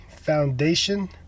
Foundation